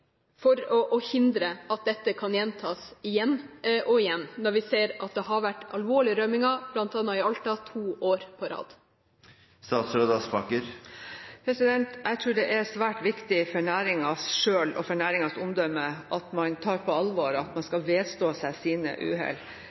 for å hindre at dette kan gjentas igjen og igjen – når vi ser at det har vært alvorlige rømminger, bl.a. i Alta, to år på rad. Jeg tror det er svært viktig for næringen selv og for næringens omdømme at man tar på alvor å vedstå seg sine uhell.